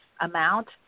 amount